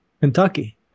Kentucky